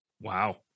Wow